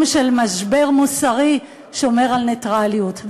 של משבר מוסרי שומר על נייטרליות.